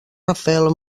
rafael